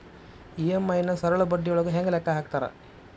EMI ನ ಸರಳ ಬಡ್ಡಿಯೊಳಗ ಹೆಂಗ ಲೆಕ್ಕ ಹಾಕತಾರಾ